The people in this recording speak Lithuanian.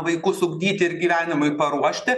vaikus ugdyti ir gyvenimui paruošti